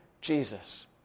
Jesus